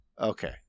Okay